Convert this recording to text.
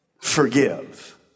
forgive